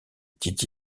dit